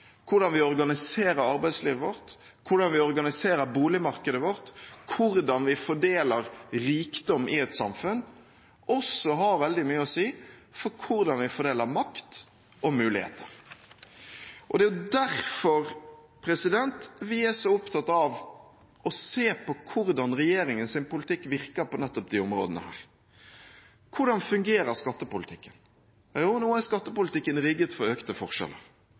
hvordan vi organiserer arbeidslivet vårt, hvordan vi organiserer boligmarkedet vårt, og hvordan vi fordeler rikdom i et samfunn, også har veldig mye å si for hvordan vi fordeler makt og muligheter. Det er derfor vi er så opptatt av å se på hvordan regjeringens politikk virker på nettopp de områdene. Hvordan fungerer skattepolitikken? Jo, nå er skattepolitikken rigget for økte forskjeller.